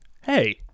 Hey